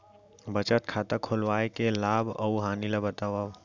बचत खाता खोलवाय के लाभ अऊ हानि ला बतावव?